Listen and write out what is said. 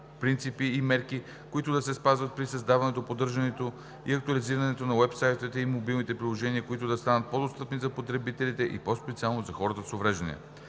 принципи и мерки, които да се спазват при създаването, поддържането и актуализирането на уебсайтовете и мобилните приложения, които да станат по-достъпни за потребителите и по-специално за хората с увреждания.